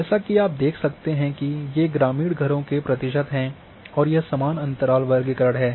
जैसा कि आप देख सकते हैं कि ये ग्रामीण घरों के प्रतिशत हैं और यह समान अंतराल वर्गीकरण है